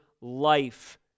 life